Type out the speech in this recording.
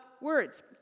words